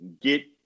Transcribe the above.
get